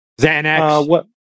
Xanax